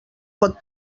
pot